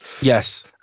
Yes